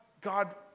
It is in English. God